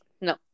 No